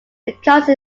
because